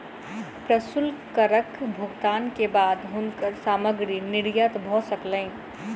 प्रशुल्क करक भुगतान के बाद हुनकर सामग्री निर्यात भ सकलैन